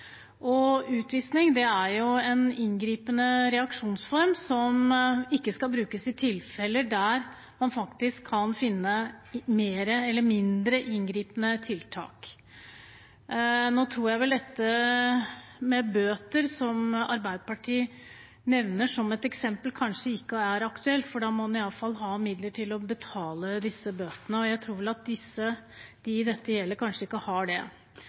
Utvisning er jo en inngripende reaksjonsform, som ikke skal brukes i tilfeller der man faktisk kan finne mindre inngripende tiltak. Nå tror jeg bøter, som Arbeiderpartiet nevner som et eksempel, kanskje ikke er aktuelt, for da må man ha midler til å betale bøtene, og jeg tror vel at de dette gjelder, kanskje ikke har det.